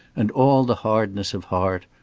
and all the hardness of heart,